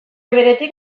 beretik